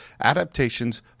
adaptations